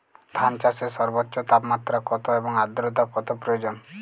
ধান চাষে সর্বোচ্চ তাপমাত্রা কত এবং আর্দ্রতা কত প্রয়োজন?